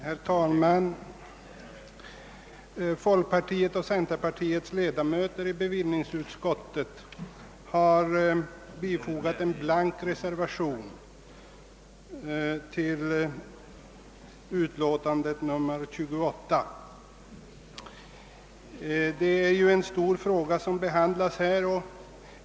Herr talman! Folkpartiets och centerpartiets ledamöter i bevillningsutskottet har fogat en blank reservation till bevillningsutskottets betänkande nr 28. Det är en stor fråga som behandlas i betänkandet.